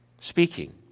speaking